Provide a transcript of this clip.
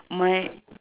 my